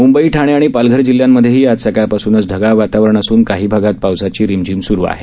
मुंबई ठाणे आणि पालघर जिल्ह्यांमधेही आज सकाळपासूनच ढगाळ वातावरण असून काही भागात पावसाची रिमझिम सुरु आहे